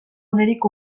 unerik